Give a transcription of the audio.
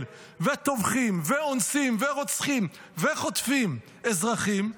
וטובחים ואונסים ורוצחים וחוטפים אזרחים.